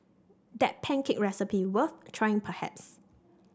that pancake recipe worth trying perhaps